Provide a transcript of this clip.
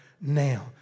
now